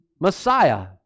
Messiah